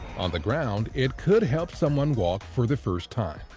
on the ground, it could help someone walk for the first time.